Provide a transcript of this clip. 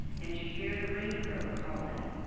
and you hear the rain-crow calling,